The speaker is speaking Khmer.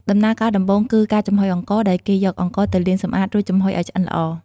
ដំណើរការដំបូងគឺ ការចំហុយអង្ករ ដោយគេយកអង្ករទៅលាងសម្អាត រួចចំហុយឱ្យឆ្អិនល្អ។